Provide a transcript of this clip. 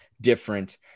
different